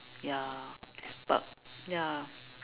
ya but ya